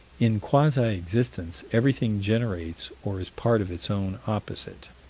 in quasi-existence, everything generates or is part of its own opposite.